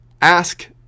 ask